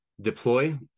deploy